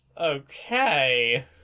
Okay